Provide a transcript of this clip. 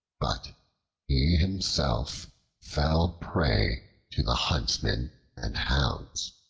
but he himself fell prey to the huntsmen and hounds.